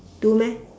two meh